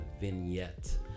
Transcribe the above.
vignette